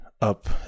up